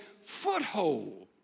foothold